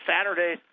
Saturday